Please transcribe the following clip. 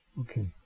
okay